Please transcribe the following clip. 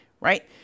right